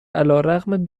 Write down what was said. علیرغم